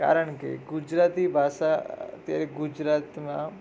કારણ કે ગુજરાતી ભાષા અત્યારે ગુજરાતમાં